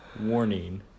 Warning